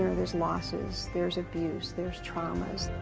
there's losses, there's abuse, there's traumas.